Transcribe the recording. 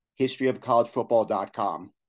historyofcollegefootball.com